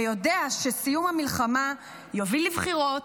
ויודע שסיום המלחמה יוביל לבחירות,